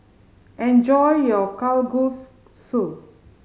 enjoy your Kalguksu